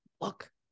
look